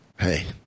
Hey